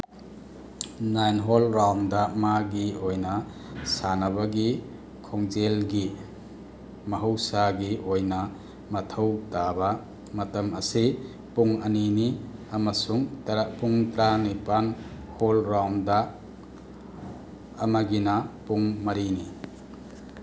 nine hole round ꯃꯥꯒꯤ ꯑꯣꯏꯅ ꯁꯥꯟꯅꯕꯒꯤ ꯈꯣꯡꯖꯦꯜꯒꯤ ꯃꯍꯧꯁꯥꯒꯤ ꯑꯣꯏꯅ ꯃꯊꯧ ꯇꯥꯕ ꯃꯇꯝ ꯑꯁꯤ ꯄꯨꯡ ꯑꯅꯤꯅꯤ ꯑꯃꯁꯨꯡ ꯄꯨꯡ ꯇ꯭ꯔꯥꯅꯤꯄꯥꯜ ꯍꯣꯜ ꯔꯥꯎꯟꯗ ꯑꯃꯒꯤꯅ ꯄꯨꯡ ꯃꯔꯤꯅꯤ